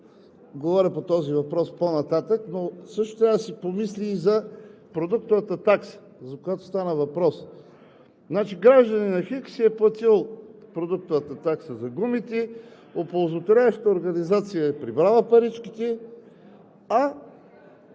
говоря по въпроса по-нататък. Трябва да се помисли и за продуктовата такса, за която стана дума. Гражданинът Хикс си е платил продуктовата такса за гумите, оползотворяващата организация е прибрала паричките, а